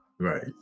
right